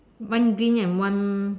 one green and one